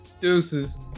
Deuces